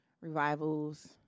revivals